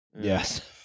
Yes